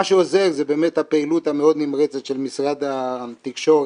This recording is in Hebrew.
מה שעוזר זה באמת הפעילות המאוד נמרצת של משרד התקשורת